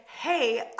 hey